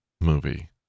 movie